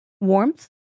Warmth